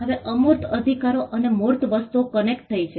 હવે અમૂર્ત અધિકારો અને મૂર્ત વસ્તુઓ કનેક્ટ થઈ છે